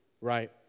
right